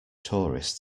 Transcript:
tourists